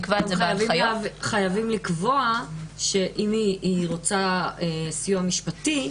חייבים לקבוע שאם היא רוצה סיוע משפטי,